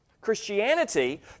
Christianity